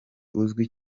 uzwi